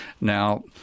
now